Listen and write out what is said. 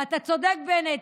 אתה צודק, בנט,